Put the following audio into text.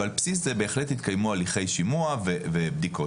ועל פי זה בהחלט התקיימו הליכי שימוע, ובדיקות.